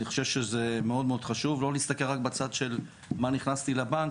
אני חושב שזה מאוד מאוד חשוב לא להסתכל רק בצד של מה שנכנס לי לבנק,